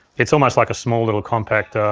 it's almost like a small, little compact